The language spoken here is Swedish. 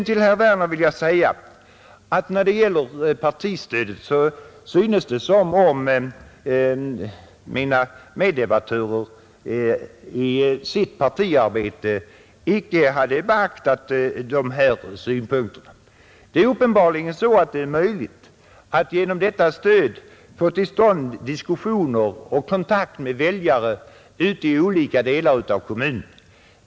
Till herr Werner vill jag säga beträffande partistödet att det synes som om mina meddebattörer i sitt partiarbete icke hade beaktat dessa synpunkter. Det är uppenbarligen möjligt att genom detta stöd få till stånd diskussioner och kontakt med väljare ute i olika delar av kommunen.